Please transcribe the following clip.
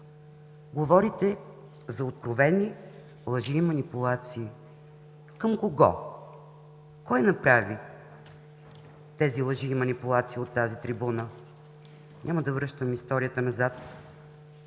Говорите за откровени лъжи и манипулации. Към кого? Кой направи тези лъжи и манипулации от тази трибуна? Няма да връщам историята назад